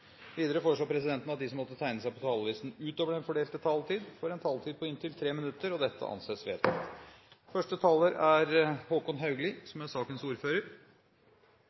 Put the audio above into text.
Videre vil presidenten foreslå at de som måtte tegne seg på talerlisten utover den fordelte taletid, får en taletid på inntil 3 minutter. – Det anses vedtatt. Første taler er representanten Peter Skovholt Gitmark, som er sakens ordfører.